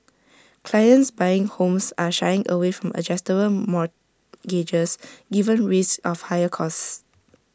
clients buying homes are shying away from adjustable mortgages given risks of higher costs